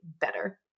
better